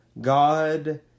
God